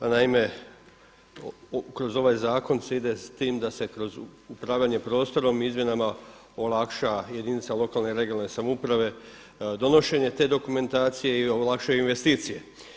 Naime, kroz ovaj zakon se ide s tim da se kroz upravljanje prostorom i izmjenama olakša jedinica lokalne i regionalne samouprave donošenje te dokumentacije i olakša investicije.